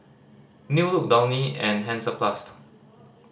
New Look Downy and Hansaplast